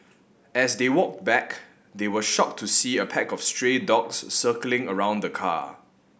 as they walked back they were shocked to see a pack of stray dogs circling around the car